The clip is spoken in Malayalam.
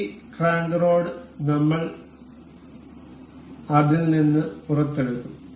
ഈ ക്രാങ്ക് റോഡ് നമ്മൾ അതിൽ നിന്ന് പുറത്തെടുക്കും